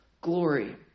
glory